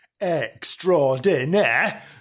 extraordinaire